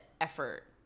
effort